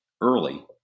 early